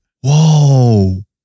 Whoa